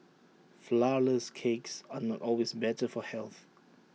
Flourless Cakes are not always better for health